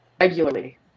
regularly